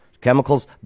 chemicals